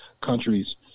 countries